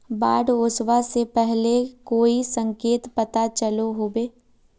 बाढ़ ओसबा से पहले कोई संकेत पता चलो होबे?